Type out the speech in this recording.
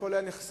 הכול היה נחסך.